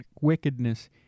wickedness